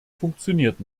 funktioniert